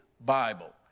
Bible